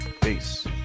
Peace